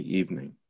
evening